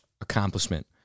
accomplishment